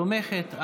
ותומכת,